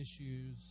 issues